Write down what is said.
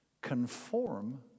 conform